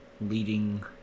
leading